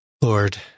Lord